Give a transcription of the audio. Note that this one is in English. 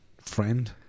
friend